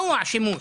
למנוע שימוש,